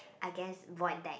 I guess void deck